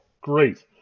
Great